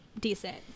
decent